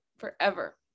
forever